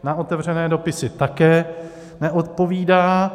Na otevřené dopisy také neodpovídá.